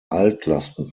altlasten